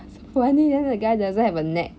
funny ah the guy doesn't have a neck